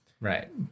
right